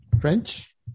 French